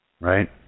Right